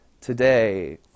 today